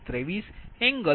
123∠ 14 છે